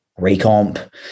recomp